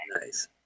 Nice